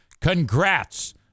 Congrats